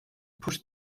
pushed